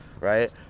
Right